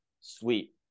sweet